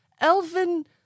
Elvin